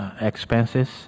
expenses